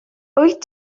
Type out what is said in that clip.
wyt